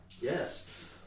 Yes